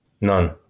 None